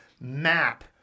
map